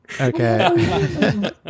Okay